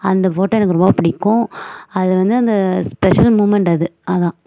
அந்த ஃபோட்டோ எனக்கு ரொம்ப பிடிக்கும் அது வந்து அந்த ஸ்பெஷல் மூமெண்ட் அது அதான்